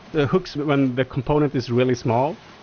the hooks, when the component is really small.